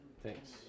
Thanks